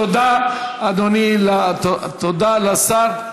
תודה, אדוני, תודה לשר.